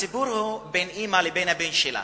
הסיפור הוא של אמא והבן שלה.